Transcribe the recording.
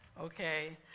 okay